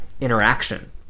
interaction